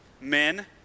Men